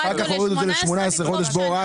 אחר כך הורדנו ל-18 חודשים בהוראת השעה.